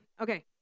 okay